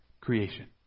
creation